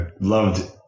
loved